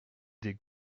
des